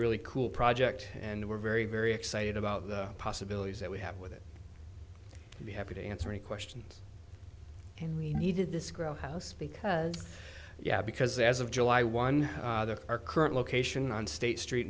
really cool project and we're very very excited about the possibilities that we have with it and be happy to answer any questions and we needed this grow house because yeah because as of july one our current location on state street